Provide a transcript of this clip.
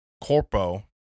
corpo